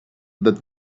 that